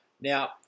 Now